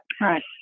Right